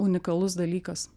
unikalus dalykas